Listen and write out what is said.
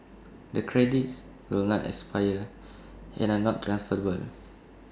the credits will not expire and are not transferable